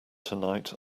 tonight